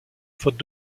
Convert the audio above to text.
faute